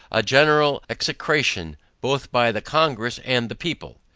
a general execration both by the congress and the people.